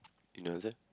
you don't answer